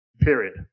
period